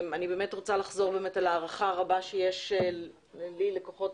אני רוצה לחזור על ההערכה הרבה שיש לי לכוחות